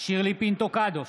שירלי פינטו קדוש,